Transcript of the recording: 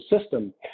system